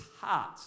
heart